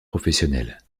professionnels